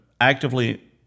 actively